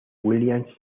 williams